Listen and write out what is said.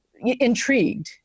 intrigued